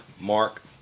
Mark